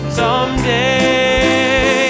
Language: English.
someday